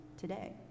today